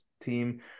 team